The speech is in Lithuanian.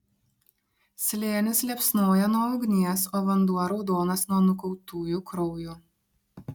slėnis liepsnoja nuo ugnies o vanduo raudonas nuo nukautųjų kraujo